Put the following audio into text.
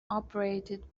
operated